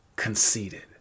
Conceited